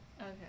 Okay